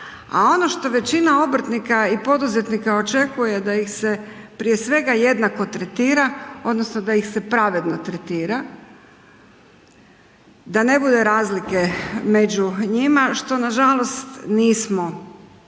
A ono što većina obrtnika i poduzetnika očekuje da ih se prije svega jednako tretira odnosno da ih se pravedno tretira, da ne bude razlike među njima što nažalost nismo uspjeli,